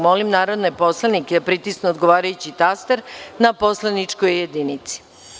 Molim narodne poslanike da pritisnu odgovarajući taster na poslaničkoj jedinici.